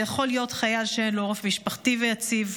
זה יכול להיות חייל שאין לו עורף משפחתי ויציב,